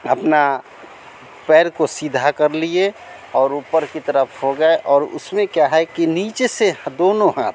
अपने पैर को सीधा कर लिए और ऊपर की तरफ हो गए और उसमें क्या है कि नीचे से दोनों हाथ